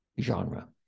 genre